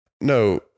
No